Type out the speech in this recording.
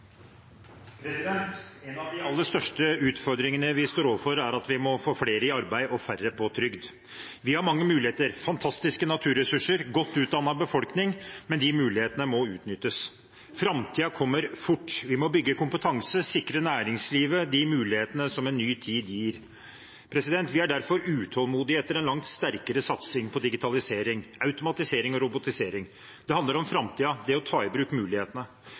har mange muligheter – fantastiske naturressurser, godt utdannet befolkning – men de mulighetene må utnyttes. Framtiden kommer fort. Vi må bygge kompetanse, sikre næringslivet de mulighetene som en ny tid gir. Vi er derfor utålmodige etter en langt sterkere satsing på digitalisering, automatisering og robotisering. Det handler om framtiden, om det å ta i bruk mulighetene.